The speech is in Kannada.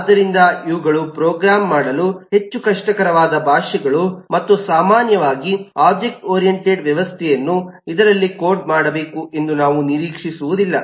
ಆದ್ದರಿಂದ ಇವುಗಳು ಪ್ರೋಗ್ರಾಮ್ ಮಾಡಲು ಹೆಚ್ಚು ಕಷ್ಟಕರವಾದ ಭಾಷೆಗಳು ಮತ್ತು ಸಾಮಾನ್ಯವಾಗಿ ಒಬ್ಜೆಕ್ಟ್ ಓರಿಯಂಟೆಡ್ ವ್ಯವಸ್ಥೆಯನ್ನು ಇದರಲ್ಲಿ ಕೋಡ್ ಮಾಡಬೇಕು ಎಂದು ನಾವು ನಿರೀಕ್ಷಿಸುವುದಿಲ್ಲ